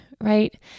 right